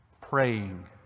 Praying